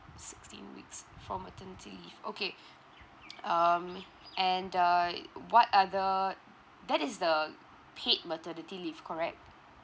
sixteen weeks for maternity leave okay um and uh what are the that is the paid maternity leave correct